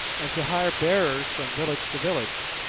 and to hire bearers from village to village.